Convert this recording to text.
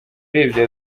urebye